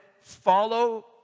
follow